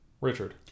Richard